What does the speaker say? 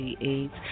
AIDS